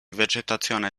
vegetazione